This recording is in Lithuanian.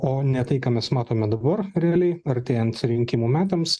o ne tai ką mes matome dabar realiai artėjant rinkimų metams